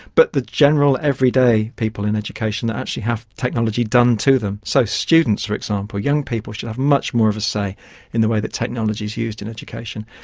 but the general everyday people in education that actually have technology done to them. so students, for example, young people should have much more of a say in the way that technology is used in education.